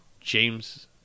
James